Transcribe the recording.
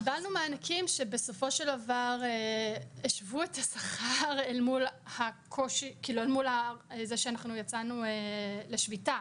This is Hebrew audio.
קיבלנו מענקים שבסופו של דבר השוו את השכר מול זה שיצאנו לשביתה.